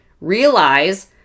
Realize